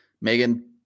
Megan